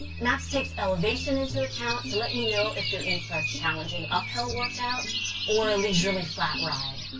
maps takes elevation into account to let you know if you're in for a challenging uphill workout or a leisurely flat ride.